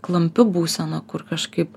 klampi būsena kur kažkaip